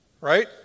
right